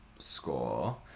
Score